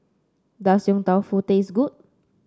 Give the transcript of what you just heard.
does Yong Tau Foo taste good